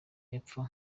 y’epfo